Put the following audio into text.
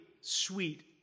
sweet